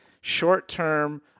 short-term